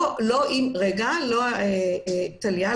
אין הא בהא תליא,